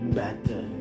better